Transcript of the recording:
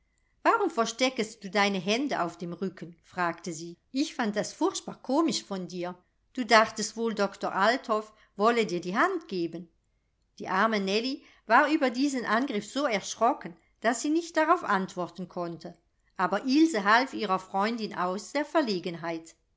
warum verstecktest du deine hände auf dem rücken fragte sie ich fand das furchtbar komisch von dir du dachtest wohl doktor althoff wolle dir die hand geben die arme nellie war über diesen angriff so erschrocken daß sie nicht darauf antworten konnte aber ilse half ihrer freundin aus der verlegenheit